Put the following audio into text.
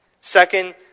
Second